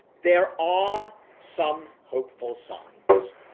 there are some hopeful signs.